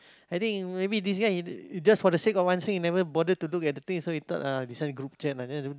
I think maybe this guy he just for the sake of answering he never bother to look at the thing so he thought uh this one group chat ah